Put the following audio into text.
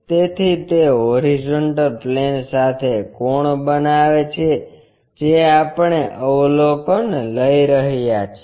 તેથી તે horizontal plane સાથે કોણ બનાવે છે જે આપણે અવલોકન લઈ રહ્યા છીએ